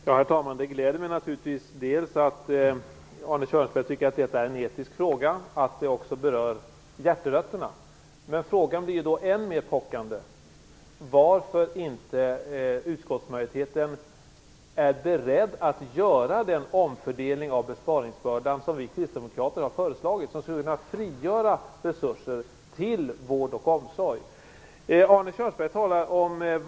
Herr talman! Det gläder mig naturligtvis att Arne Kjörnsberg tycker att detta är en etisk fråga och att det också berör hjärterötterna. Men frågan blir då än mer pockande: Varför är utskottsmajoriteten inte beredd att göra den omfördelning av besparingsbördan som vi kristdemokrater har föreslagit? Den skulle kunna frigöra resurser till vård och omsorg.